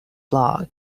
blog